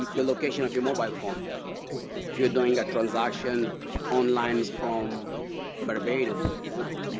the location of your mobile phone if you're doing a transaction online from bar badose, for example,